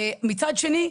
מצד שני,